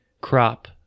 crop